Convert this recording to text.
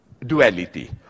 duality